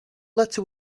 letter